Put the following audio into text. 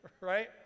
right